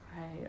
Right